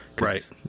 Right